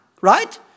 right